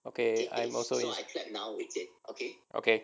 okay I'm also in it okay